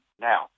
now